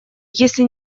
если